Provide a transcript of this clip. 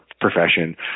profession